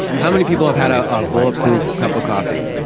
how many people have had a ah bulletproof cup of coffee?